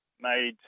made